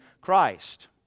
Christ